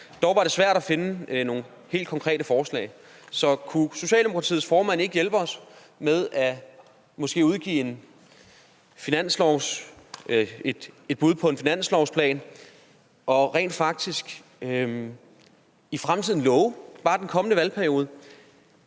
Dog var det svært at finde nogle helt konkrete forslag, så kunne Socialdemokratiets formand ikke hjælpe os med måske at komme med et bud på en finanslovsplan og rent faktisk love, bare for den kommende valgperiode,